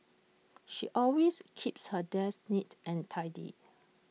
she always keeps her desk neat and tidy